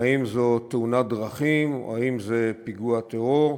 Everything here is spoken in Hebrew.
אם זו תאונת דרכים או אם זה פיגוע טרור.